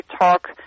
talk